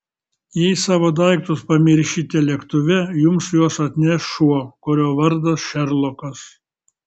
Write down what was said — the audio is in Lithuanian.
jei savo daiktus pamiršite lėktuve jums juos atneš šuo kurio vardas šerlokas